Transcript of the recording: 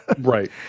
right